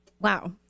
Wow